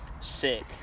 sick